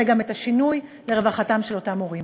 גם את השינוי לרווחתם של אותם הורים.